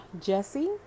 Jesse